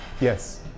Yes